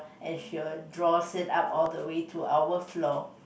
and he will draw it up all they way to our floor